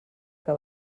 que